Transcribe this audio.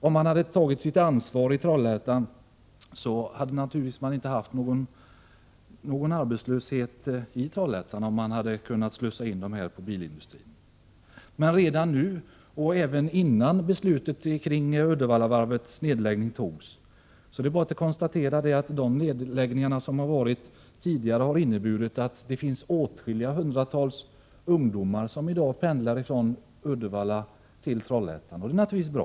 Om man hade tagit sitt ansvar i Trollhättan hade man naturligtvis inte haft någon arbetslöshet där — man hade kunnat slussa in dessa människor i bilindustrin. 125 Men nu — och det gällde redan innan beslutet om Uddevallavarvets nedläggning togs, är det bara att konstatera att de tidigare nedläggningarna har inneburit att det finns åtskilliga hundratal ungdomar som i dag pendlar från Uddevalla till Trollhättan. Det är naturligtvis bra.